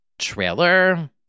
trailer